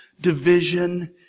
division